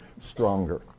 stronger